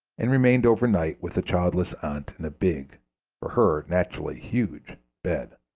and remained over night with a childless aunt in a big for her, naturally, huge bed.